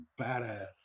badass